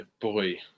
boy